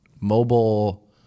Mobile